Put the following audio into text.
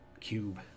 cube